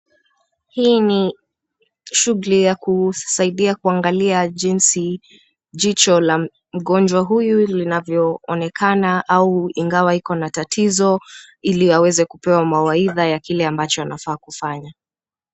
Hii ni shughuli ya kusaidia kuangalia jinsi jicho la mgonjwa huyu linavyoonekana au ingawa iko na tatizo ili aweze kupewa mawaidha ya kile ambacho anafaa kufanya.